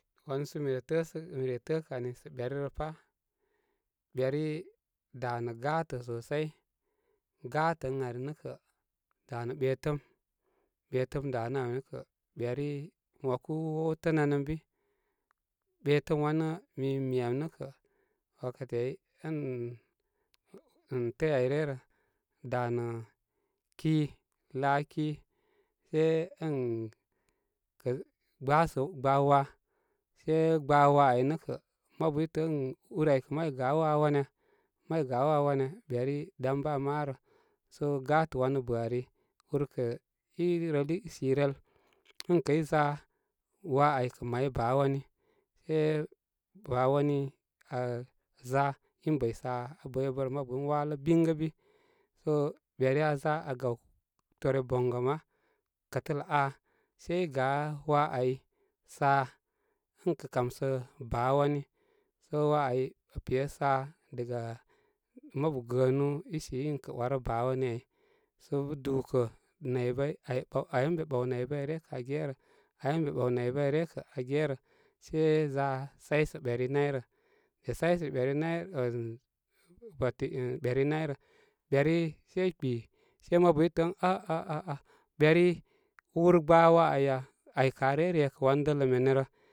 Wanu sə mi re təəsə mi re təə kə ani sə ɓeri rə pa beri danə gabartə' sosai gabartə ə arinə kə danə ɓetəm betəm danə ami kə' ɓeri mo 'waku wow tənam ən bi betəm wanə mi mi mi ami nə kə' wakati ai ən mm tə ai re rə da nə' ki la ki se ən kə gbaasu gbaa waa se gbaa waa ai nə kə' mabu i təə ən, ur ai kə' mari gaw waa wanya may gaw waa wanya beri dam bə' aa marə sə gə wanə bə' ari urkə i rəl i sirəl ən kə za waa ai kə may baa wani se baa wani kə za in bəy sa abəybə'bərə mabu in walə bingəbi sə ɓeri aa za aa gaw toore boŋgəma- kətələ aa sə i gaa waa ai sa ən kə' kamsə baa waani sə waa ai pe sa daga mabu gəənu isii ən kə warə baa wani ai sə bə dukə naybay ai ɓaw ai ən be ɓaw naybay ryə kə aa genərə- an be ɓaw naybay ryə kə aa genərə sai za saysə beri nay rə de saysə beri amm bati mm beri nayrə, beri sai kpi sai mabu i tə'ə ən a'a, a'a beri ur gbaa waa ay ya ai kə aa re rekə' wan dələ me ne rə.